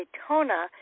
Daytona